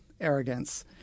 arrogance